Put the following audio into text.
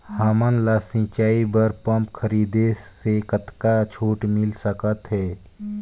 हमन ला सिंचाई बर पंप खरीदे से कतका छूट मिल सकत हे?